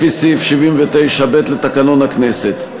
לפי סעיף 79(ב) לתקנון הכנסת.